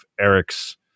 eric's